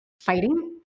fighting